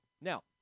Now